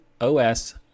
OS